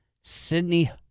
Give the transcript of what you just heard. Sydney